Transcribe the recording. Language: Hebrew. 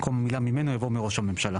במקום המילה 'ממנו' יבוא 'מראש הממשלה'.